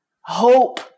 hope